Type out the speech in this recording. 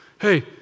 Hey